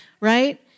right